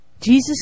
Jesus